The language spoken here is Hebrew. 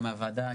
גם מהוועדה,